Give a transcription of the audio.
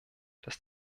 dass